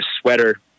sweater